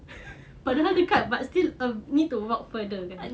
padahal dekat but still uh need to walk further